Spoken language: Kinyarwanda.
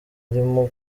arimo